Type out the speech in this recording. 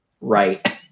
Right